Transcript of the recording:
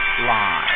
live